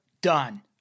Done